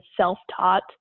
self-taught